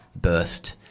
birthed